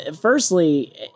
firstly